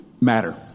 matter